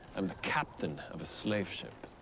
i'm the captain of a slave ship.